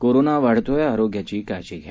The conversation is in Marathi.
कोरोना वाढतोय आरोग्याची काळजी घ्या